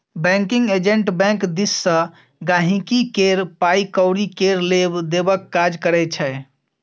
banking agent bank दिस सँ गांहिकी केर पाइ कौरी केर लेब देबक काज करै छै